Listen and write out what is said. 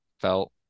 felt